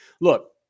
look